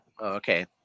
Okay